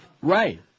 Right